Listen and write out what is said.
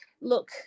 look